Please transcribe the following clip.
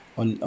on